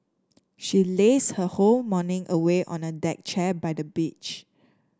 she lazed her whole morning away on a deck chair by the beach